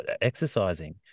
exercising